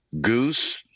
Goose